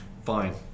Fine